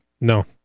No